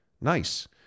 Nice